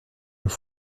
nous